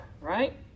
right